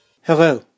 Hello